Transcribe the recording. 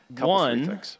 One